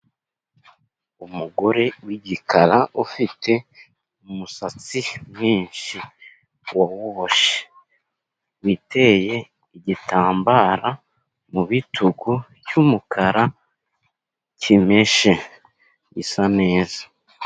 Umugore w'igikara ufite umusatsi mwinshi wa wuboshye, witeye igitambara mu bitugu cy'umukara kimeshe gisa neza.